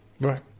Right